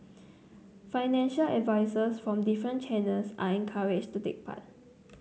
financial advisers from different channels are encouraged to take part